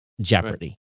jeopardy